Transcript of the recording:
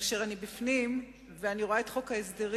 כאשר אני בפנים ואני רואה את חוק ההסדרים,